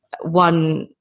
One